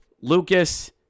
Lucas